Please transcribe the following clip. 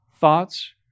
thoughts